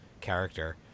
character